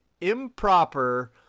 improper